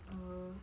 err